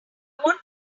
want